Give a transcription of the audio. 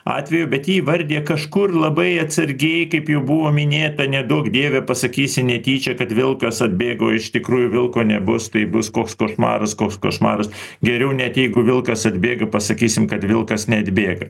atvejų bet jį įvardija kažkur labai atsargiai kaip jau buvo minėta neduok dieve pasakysi netyčia kad vilkas atbėgo o iš tikrųjų vilko nebus tai bus koks košmaras koks košmaras geriau net jeigu vilkas atbėga pasakysim kad vilkas neatbėga